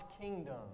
kingdom